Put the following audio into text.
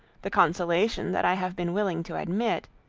the consolation that i have been willing to admit,